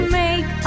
make